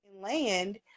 land